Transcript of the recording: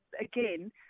again